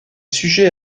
sujet